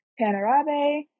Panarabe